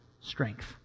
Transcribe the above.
strength